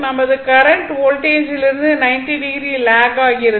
நமது கரண்ட் வோல்டேஜிலிருந்து 90o lag ஆகிறது